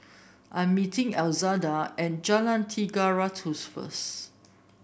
I'm meeting Elzada at Jalan Tiga Ratus first